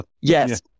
Yes